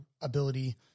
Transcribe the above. ability